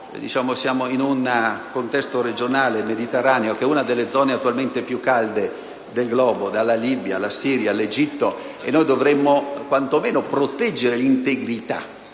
agiamo nel contesto regionale mediterraneo che è una delle zone attualmente più calde del globo, dalla Libia alla Siria, all'Egitto e noi dovremmo quantomeno proteggere l'integrità